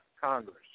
Congress